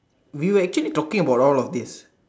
we were actually talking about all of this